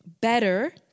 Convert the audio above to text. better